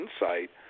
insight